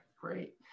Great